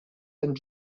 and